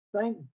Thank